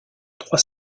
trois